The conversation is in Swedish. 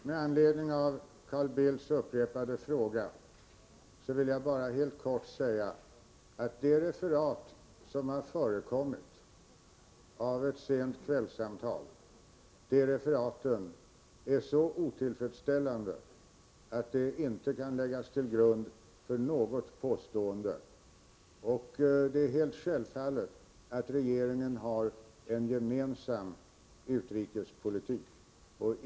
Herr talman! Med anledning av Carl Bildts upprepade fråga vill jag bara helt kort säga att de referat av ett sent kvällssamtal som har förekommit är så otillfredsställande att de inte kan läggas till grund för något påstående. Det är helt självklart att regeringen har en gemensam utrikespolitik.